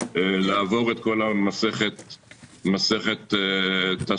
לעבור את כל מסכת התשלומים,